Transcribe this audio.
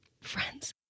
Friends